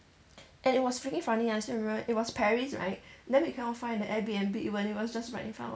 and it was freaking funny I still remember it was paris right then we cannot find the airbnb when it was just right in front of us